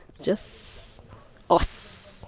just us